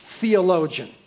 theologian